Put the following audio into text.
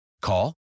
Call